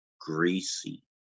greasy